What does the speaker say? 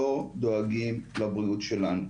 לא דואגים לבריאות שלנו.